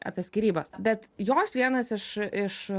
apie skyrybas bet jos vienas iš iš